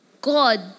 God